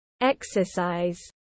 exercise